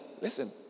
Listen